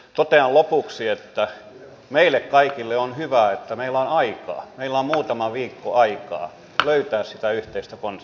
totean lopuksi että meille kaikille on hyvä että meillä on aikaa meillä on muutama viikko aikaa löytää sitä yhteistä konsensusta